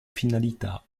finalità